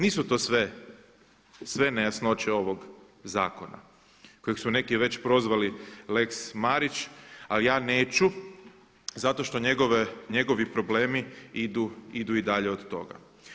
Nisu to sve nejasnoće ovog zakona kojeg su neki već prozvali lex Marić, ali ja neću zato što njegovi problemi idu i dalje od toga.